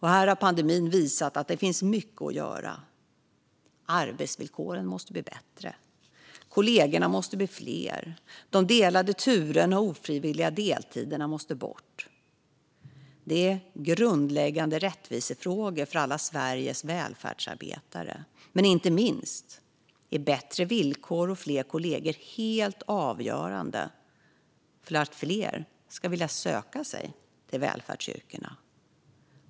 Här har pandemin visat att det finns mycket att göra. Arbetsvillkoren måste bli bättre. Kollegorna måste bli fler. De delade turerna och ofrivilliga deltiderna måste bort. Det är grundläggande rättvisefrågor för alla Sveriges välfärdsarbetare. Bättre villkor och fler kollegor är dessutom helt avgörande för att fler ska vilja söka sig till välfärdsyrkena.